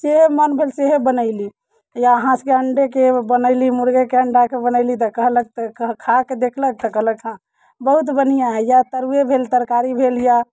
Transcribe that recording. जे मन भेल सहए बनयली या अहाँ सभकेँ अंडेके बनयली मुर्गेके अंडाके बनयली तऽ कहलक तऽ खाके देखलक तऽ कहलक हँ बहुत बढ़िआँ हइ या तरुए भेल तरकारी भेल या